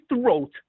throat